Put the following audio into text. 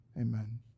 amen